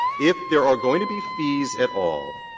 if there are going to be fees at all,